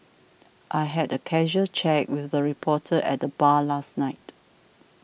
I had a casual chat with a reporter at the bar last night